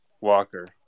Walker